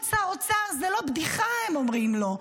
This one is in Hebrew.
להיות שר אוצר זה לא בדיחה, הן אומרות לו.